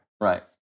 Right